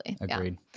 Agreed